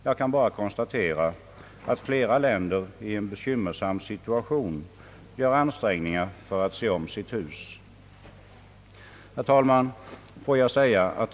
Jag kan bara konstatera att flera länder i en bekymmersam situation gör ansträngningar för att se om sitt hus. Herr talman!